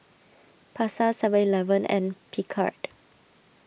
Pasar Seven Eleven and Picard